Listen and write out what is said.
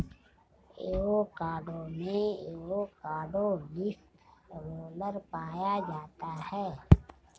avocado में avocado leaf roller पाया जाता है